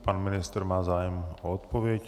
Pan ministr má zájem o odpověď.